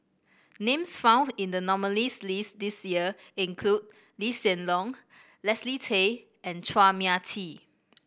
names found in the nominees' list this year include Lee Hsien Loong Leslie Tay and Chua Mia Tee